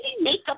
makeup